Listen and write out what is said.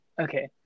Okay